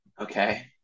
Okay